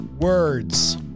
words